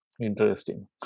Interesting